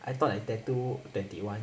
I thought at tattoo twenty one